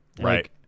Right